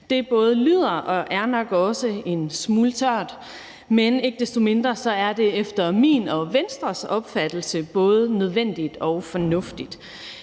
Det både lyder og er nok også en smule tørt, men ikke desto mindre er det efter min og Venstres opfattelse både nødvendigt og fornuftigt.